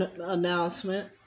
announcement